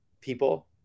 people